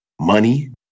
money